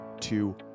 two